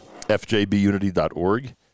fjbunity.org